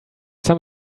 some